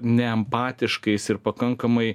neempatiškais ir pakankamai